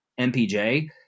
MPJ